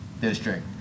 District